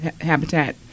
Habitat